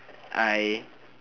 I